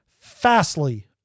Fastly